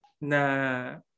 na